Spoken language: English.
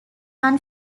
non